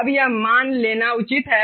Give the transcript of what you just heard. अब यह मान लेना उचित है